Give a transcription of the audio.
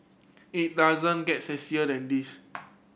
it doesn't get sexier than this